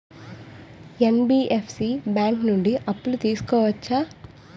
NBFC bank నుండి అప్పు తీసుకోవచ్చా?